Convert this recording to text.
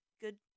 good